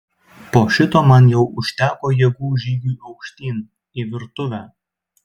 po šito man jau užteko jėgų žygiui aukštyn į virtuvę